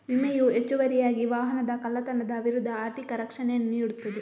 ವಿಮೆಯು ಹೆಚ್ಚುವರಿಯಾಗಿ ವಾಹನದ ಕಳ್ಳತನದ ವಿರುದ್ಧ ಆರ್ಥಿಕ ರಕ್ಷಣೆಯನ್ನು ನೀಡುತ್ತದೆ